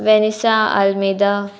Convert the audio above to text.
Vanessa Almeida